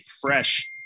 fresh